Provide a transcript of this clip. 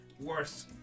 worse